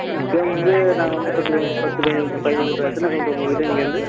kilo metre வந்து நாங்க வந்து பத்து கிலோ மீட்ரு பத்து எத்தன கிலோ மீட்ரும்மா வரும் வீடு இங்கேயிருந்து